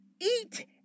eat